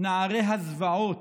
"נערי הזוועות",